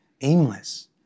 Aimless